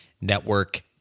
network